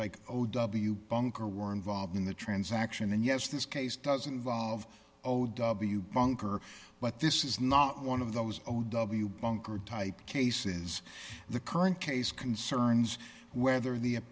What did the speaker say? like o w bunker were involved in the transaction and yes this case doesn't involve o w bunker but this is not one of those o w bunker type cases the current case concerns whether the